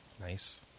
Nice